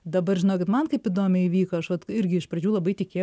dabar žinokit man kaip įdomiai įvyko aš vat irgi iš pradžių labai tikėjau